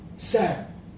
Sam